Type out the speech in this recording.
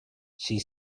she